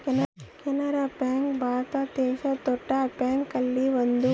Canara bank Bharat ದೇಶದ್ ದೊಡ್ಡ bank ಅಲ್ಲಿ ಒಂದು